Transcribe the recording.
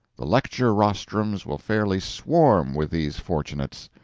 the lecture rostrums will fairly swarm with these fortunates.